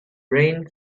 rain